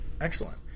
Excellent